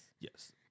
Yes